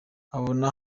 abona